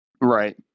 Right